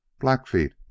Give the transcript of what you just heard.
Blackfeet